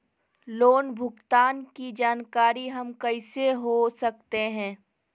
Loan भुगतान की जानकारी हम कैसे हो सकते हैं?